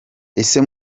ese